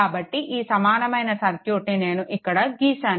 కాబట్టి ఆ సమానమైన సర్క్యూట్ని నేను ఇక్కడ గీశాను